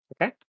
Okay